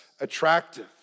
attractive